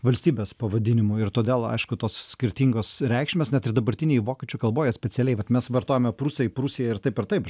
valstybės pavadinimu ir todėl aišku tos skirtingos reikšmės net ir dabartinėj vokiečių kalboj jie specialiai vat mes vartojame prūsai prūsija ir taip ir taip